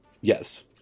Yes